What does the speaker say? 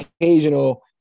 occasional